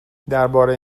درباره